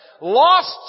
Lost